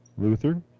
Luther